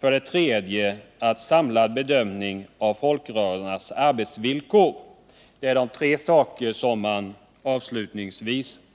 för det tredje har en samlad bedömning av folkrörelsernas arbetsvillkor inte uppnåtts.